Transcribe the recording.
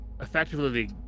effectively